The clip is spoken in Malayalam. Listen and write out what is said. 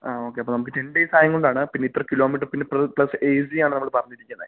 ആ ഓക്കെ അപ്പം നമുക്ക് ടെൻ ഡേയ്സ് ആയതുംകൊണ്ടാണ് പിന്നെ ഇത്ര കിലോമീറ്റർ പിന്നെ പെർ പ്ലസ് എ സി ആണ് നമ്മൾ പറഞ്ഞിരിക്കുന്നത്